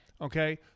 Okay